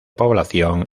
población